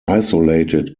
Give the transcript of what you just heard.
isolated